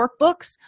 workbooks